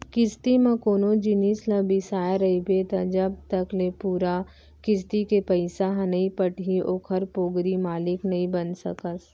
किस्ती म कोनो जिनिस ल बिसाय रहिबे त जब तक ले पूरा किस्ती के पइसा ह नइ पटही ओखर पोगरी मालिक नइ बन सकस